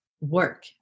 work